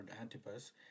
Antipas